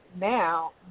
now